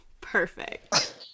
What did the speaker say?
Perfect